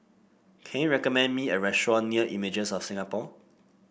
can you recommend me a restaurant near Images of Singapore